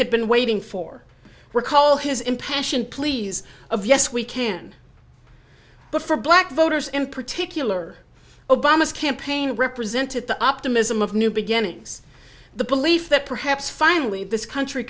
had been waiting for recall his impassioned pleas of yes we can but for black voters in particular obama's campaign represented the optimism of new beginnings the belief that perhaps finally this country